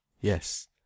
Yes